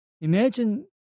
imagine